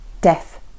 death